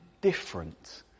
different